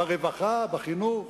ברווחה ובחינוך?